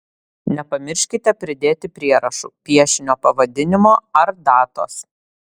nepamirškite pridėti prierašų piešinio pavadinimo ar datos